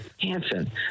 Hanson